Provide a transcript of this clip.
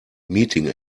meeting